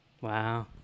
Wow